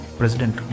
president